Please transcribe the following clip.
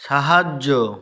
সাহায্য